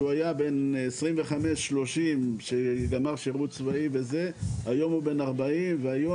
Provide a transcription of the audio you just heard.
שהיה בין 25-30 שגמר שירות צבאי היום הוא בן 40 והיום